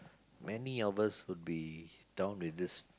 many of us would be down with this